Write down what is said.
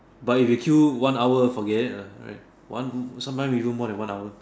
but if it queue one hour forget it right one sometimes even more than one hour